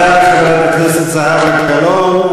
תודה לחברת הכנסת זהבה גלאון.